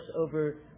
over